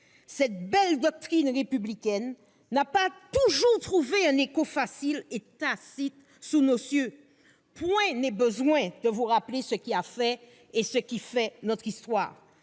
cette belle devise républicaine n'a pas toujours trouvé facilement un écho sous nos cieux. Point n'est besoin de vous rappeler ce qui a fait, et ce qui fait encore, notre histoire